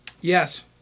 Yes